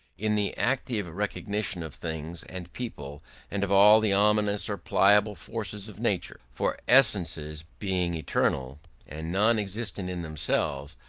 in the active recognition of things and people and of all the ominous or pliable forces of nature. for essences, being eternal and non-existent in themselves,